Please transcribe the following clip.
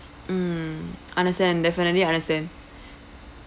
mm understand definitely understand